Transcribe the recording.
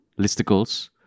listicles